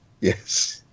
Yes